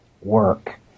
work